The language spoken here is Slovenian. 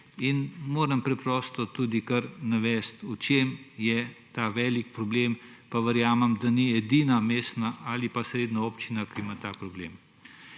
Moram preprosto tudi kar navesti, v čem je ta velik problem, pa verjamem, da ni edina mestna ali pa srednja občina, ki ima ta problem.